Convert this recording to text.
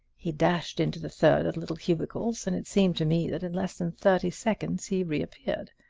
he dashed into the third of the little cubicles, and it seemed to me that in less than thirty seconds he reappeared.